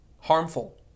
harmful